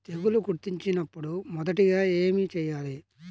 తెగుళ్లు గుర్తించినపుడు మొదటిగా ఏమి చేయాలి?